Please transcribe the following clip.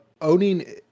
owning